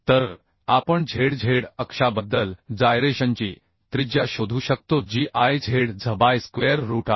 तर आपण Zz अक्षाबद्दल जाइरेशनची त्रिज्या शोधू शकतो जी Iz बाय स्क्वेअर रूट आहे